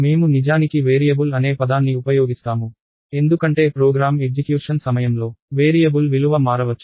మేము నిజానికి వేరియబుల్ అనే పదాన్ని ఉపయోగిస్తాము ఎందుకంటే ప్రోగ్రామ్ ఎగ్జిక్యూషన్ సమయంలో వేరియబుల్ విలువ మారవచ్చు